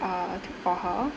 uh t~ for her